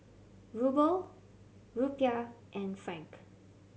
Ruble Rupiah and Franc